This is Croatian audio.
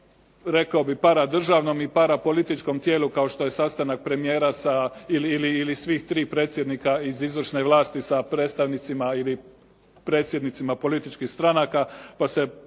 rekao bih paradržavnom i para političkom tijelu kao što je sastanak premijera sa ili svih tri predsjednika iz izvršne vlasti sa predstavnicima ili predsjednicima političkih stranaka